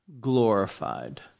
glorified